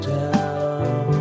down